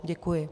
Děkuji.